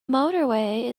motorway